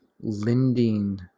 lending